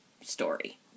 story